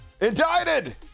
indicted